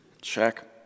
Check